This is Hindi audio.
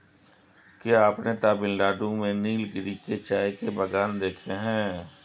क्या आपने तमिलनाडु में नीलगिरी के चाय के बागान देखे हैं?